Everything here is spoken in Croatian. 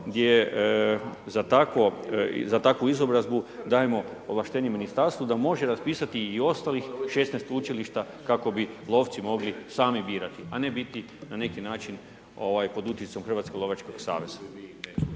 gdje za takvu izobrazbu dajemo ovlaštenje ministarstvu da može raspisati i ostalih 16 učilišta kako bi lovci mogli sami birati, a ne biti na neki način pod utjecajem ovaj Hrvatskog lovačkog saveza.